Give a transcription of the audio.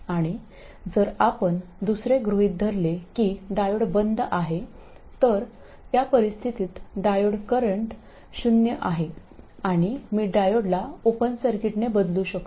आणि जर आपण दुसरे गृहित धरले की डायोड बंद आहे तर त्या परिस्थितीत डायोड करंट शून्य आहे आणि मी डायोडला ओपन सर्किटने बदलू शकतो